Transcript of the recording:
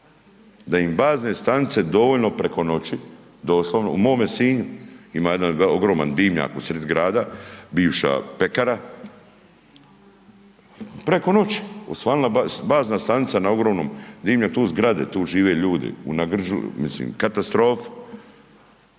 da im bazne stanice dovoljno preko noći, doslovno, u mome Sinju, ima jedan ogroman dimnjak u sred grada, bivša pekara, preko noći osvanula bazna stanica na ogromnom …/Govornik se ne razumije./… tu zgrade tu žive ljudi …/Govornik